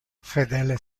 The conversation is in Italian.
fedele